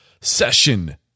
session